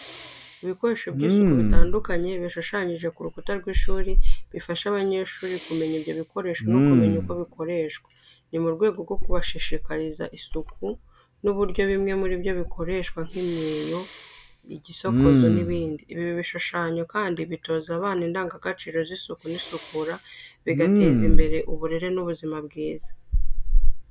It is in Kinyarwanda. Ibikoresho by’isuku bitandukanye bishushanyije ku rukuta rw’ishuri bifasha abanyeshuri kumenya ibyo bikoresho no kumenya uko bikoreshwa. Ni mu rwego rwo kubashishikariza isuku n'uburyo bimwe muri byo bikoreshwa nk’imyeyo, igisokozo n’ibindi. Ibi bishushanyo kandi bitoza abana indangagaciro z’isuku n’isukura, bigateza imbere uburere n’ubuzima bwiza.